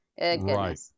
right